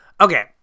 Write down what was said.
Okay